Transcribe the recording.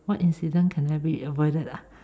what incident can I be avoided